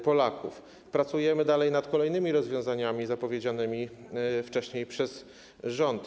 Pracujemy dalej nad kolejnymi rozwiązaniami zapowiedzianymi wcześniej przez rząd.